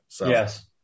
Yes